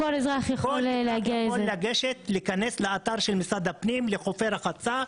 כל אזרח יכול להיכנס לאתר של משרד הפנים בחלק של חופי רחצה,